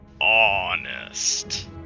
honest